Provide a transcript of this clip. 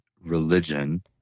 religion